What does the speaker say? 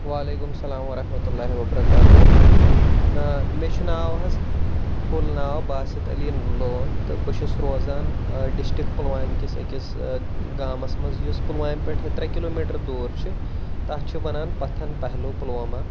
وعلیکُم السَلام ورحمتُہ للہ وَبرکاتہ ٲں مےٚ چھُ ناو حظ فُل ناو باسِط علی لوٗن تہٕ بہٕ چھُس روزان ٲں ڈِسٹِرٛک پُلوامہِ کِس أکِس ٲں گامَس منٛز یُس پُلوامہِ پٮ۪ٹھ ترٛےٚ کِلوٗمیٖٹر دوٗر چھِ تَتھ چھِ وَنان پَتھَن پیٚہلو پُلوامہ